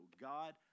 God